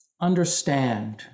understand